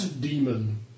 demon